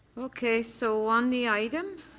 okay. so on the item.